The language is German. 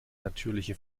natürliche